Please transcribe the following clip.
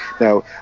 Now